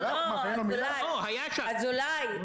אזולאי,